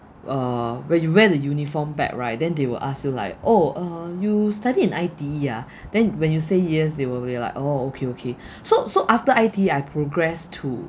uh when you wear the uniform back right then they will ask you like oh uh you study in I_T_E ah then when you say yes they will be like oh okay okay so so after I_T_E I progressed to